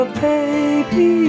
baby